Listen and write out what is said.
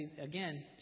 again